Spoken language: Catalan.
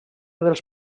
dels